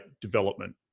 development